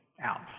out